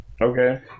Okay